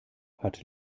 hat